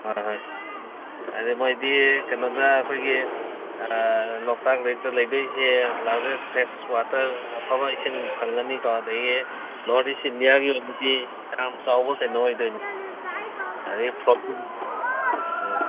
ꯍꯣꯏ ꯍꯣꯏ ꯑꯗꯨ ꯃꯣꯏꯗꯤ ꯀꯩꯅꯣꯗ ꯑꯩꯈꯣꯏꯒꯤ ꯂꯣꯛꯇꯥꯛ ꯂꯦꯛꯇ ꯂꯩꯗꯣꯏꯁꯦ ꯂꯥꯔꯖꯦꯁ ꯐ꯭ꯔꯦꯁ ꯋꯥꯇꯔ ꯑꯐꯕ ꯏꯁꯤꯡ ꯐꯪꯒꯅꯤꯀꯣ ꯑꯗꯒꯤ ꯅꯣꯔꯠ ꯏꯁ ꯏꯟꯗꯤꯌꯥꯒꯤ ꯑꯣꯏꯅꯗꯤ ꯌꯥꯝ ꯆꯥꯎꯕ ꯀꯩꯅꯣ ꯑꯣꯏꯗꯣꯏꯅꯤ ꯑꯗꯒꯤ ꯐ꯭ꯂꯣꯠꯇꯤꯡ ꯎꯝ